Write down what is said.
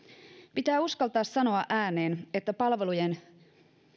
pitää uskaltaa sanoa ääneen että palvelujen